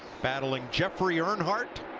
battling jeffrey earnhardt.